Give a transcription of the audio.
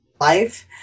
life